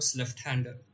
left-hander